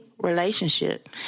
relationship